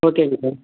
ஓகேங்க சார்